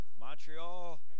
Montreal